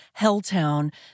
Helltown